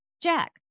Jack